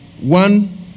one